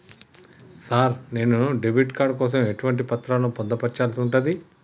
Sir నేను debit card కోసం ఎటువంటి పత్రాలను పొందుపర్చాల్సి ఉంటది?